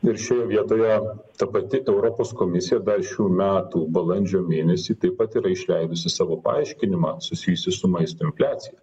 ir šioje vietoje ta pati europos komisija dar šių metų balandžio mėnesį taip pat yra išleidusi savo paaiškinimą susijusį su maisto infliacija